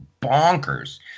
bonkers